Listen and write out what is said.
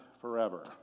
forever